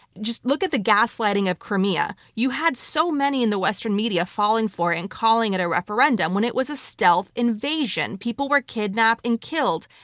just look at the gaslighting of crimea. you had so many in the western media falling for it and calling it a referendum when it was a stealth invasion. people were kidnapped and killed.